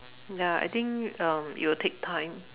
ya I think um it will take time